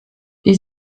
die